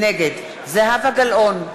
נגד זהבה גלאון,